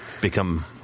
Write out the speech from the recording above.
become